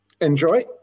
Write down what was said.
enjoy